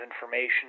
information